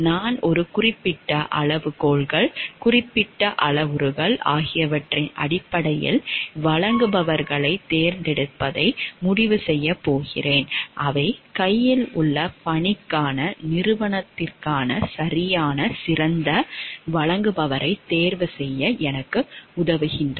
நான் ஒரு குறிப்பிட்ட அளவுகோல்கள் குறிப்பிட்ட அளவுருக்கள் ஆகியவற்றின் அடிப்படையில் வழங்குபவர்களைத் தேர்ந்தெடுப்பதை முடிவு செய்யப் போகிறேன் அவை கையில் உள்ள பணிக்கான நிறுவனத்திற்கான சிறந்த வழங்குபவரைத் தேர்வுசெய்ய எனக்கு உதவுகின்றன